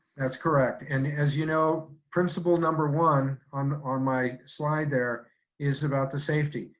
that's correct, and as you know, principle number one on on my slide there is about the safety.